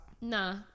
Nah